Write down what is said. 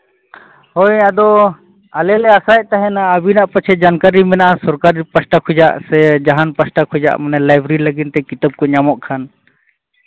ᱦᱳᱭ ᱟᱫᱚ ᱟᱞᱮ ᱞᱮ ᱟᱥᱟᱭᱮᱫ ᱛᱟᱦᱮᱱᱟ ᱟᱹᱵᱤᱱᱟᱜ ᱯᱟᱪᱮᱫ ᱡᱟᱱ ᱠᱟᱹᱨᱤ ᱢᱮᱱᱟᱜᱼᱟ ᱥᱚᱨᱠᱟᱹᱨᱤ ᱯᱟᱥᱴᱷᱟ ᱠᱷᱚᱱᱟᱜ ᱥᱮ ᱡᱟᱦᱟᱱ ᱯᱟᱥᱴᱟ ᱠᱷᱚᱱᱟᱜ ᱢᱟᱱᱮ ᱞᱟᱭᱵᱨᱮᱨᱤ ᱞᱟᱹᱜᱤᱫ ᱛᱮ ᱠᱤᱛᱟᱹᱵᱽ ᱠᱚ ᱧᱟᱢᱚᱜ ᱠᱷᱟᱱ